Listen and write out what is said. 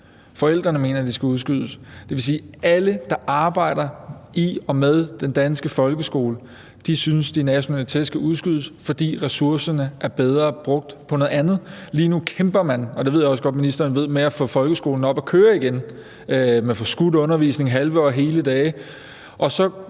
forældrene mener, at de skal udskydes. Det vil sige, at alle, der arbejder i og med den danske folkeskole, synes, at de nationale test skal udskydes, fordi ressourcerne er bedre brugt på noget andet. Lige nu kæmper man – og det ved jeg også godt at ministeren ved – med at få folkeskolen op at køre igen, med forskudt undervisning, halve og hele dage,